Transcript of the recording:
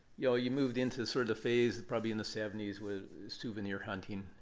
yeah you moved into sort of the phase, probably in the seventy s with souvenir hunting.